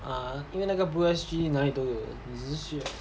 !huh! 因为那个 blue S_G 那里都有你只是去